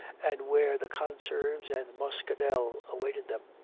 and where the conserves and muscadel awaited them.